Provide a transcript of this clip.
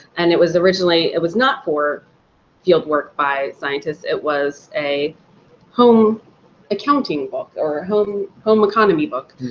and it was originally it was not for field work by scientists. it was a home accounting book or ah home home economy book